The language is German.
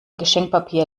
geschenkpapier